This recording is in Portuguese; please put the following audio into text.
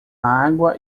água